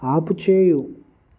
ఆపుచెయ్యి